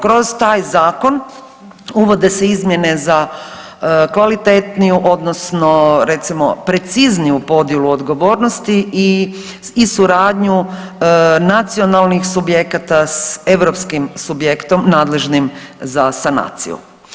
Kroz taj zakon uvode se izmjene za kvalitetniju odnosno recimo precizniju podjelu odgovornosti i suradnju nacionalnih subjekata s europskim subjektom nadležnim za sanaciju.